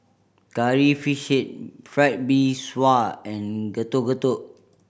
Curry Fish Head Fried Mee Sua and Getuk Getuk